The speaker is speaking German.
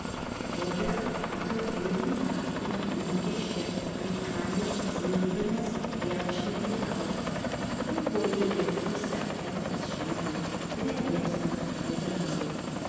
robert hatte für die mark in einem geschäft ein kleines silbernes herzchen gekauft er wollte der christel etwas schenken wenn er jetzt nach hause kam